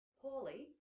poorly